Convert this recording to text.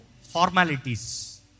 formalities